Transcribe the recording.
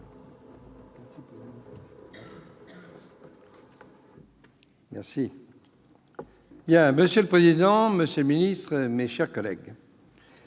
le rapporteur. Monsieur le président, monsieur le ministre, mes chers collègues,